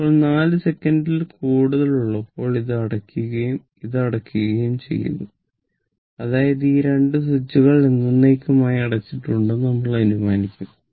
ഇപ്പോൾ 4 സെക്കൻഡിൽ കൂടുതലുള്ളപ്പോൾ ഇത് അടയ്ക്കുകയും ഇതും അടയ്ക്കുകയും ചെയ്യുന്നു അതായത് ഈ 2 സ്വിച്ചുകൾ എന്നെന്നേക്കുമായി അടച്ചിട്ടുണ്ടെന്ന് നമ്മൾ അനുമാനിക്കും